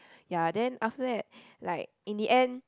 ya then after that like in the end